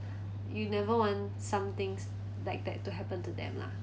you never want somethings like that to happen to them lah